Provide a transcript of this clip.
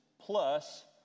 plus